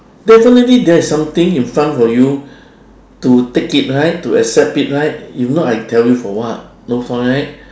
definitely there's something in front for you to take it right to accept it right if not I tell you for what no point right